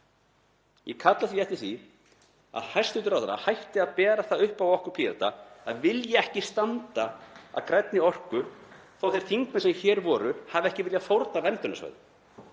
Ég kalla því eftir að hæstv. ráðherra hætti að bera það upp á okkur Pírata að vilja ekki standa að grænni orku þó að þeir þingmenn sem hér voru hafi ekki viljað fórna verndarsvæðum.